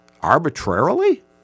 arbitrarily